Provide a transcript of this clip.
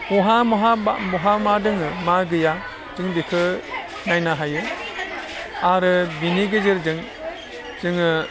बहा बहा बा बहा मा दङ मा गैया जों बेखो नायनो हायो आरो बेनि गेजेरजों जोङो